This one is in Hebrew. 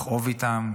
לכאוב איתן,